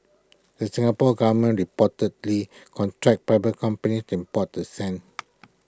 the Singapore Government reportedly contracts private companies to import the sand